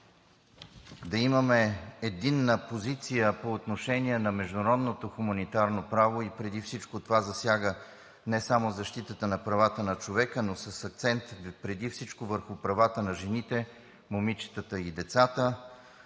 да имаме единна позиция по отношение на международното хуманитарно право. Преди всичко това засяга не само защита правата на човека, но с акцент преди всичко върху правата на жените, момичетата и децата,